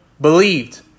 believed